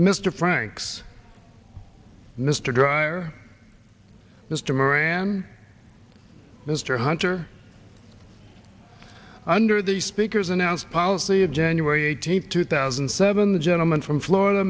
mr franks mr dreier mr moran mr hunter under the speaker's announced policy of january eighteenth two thousand and seven the gentleman from florida